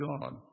God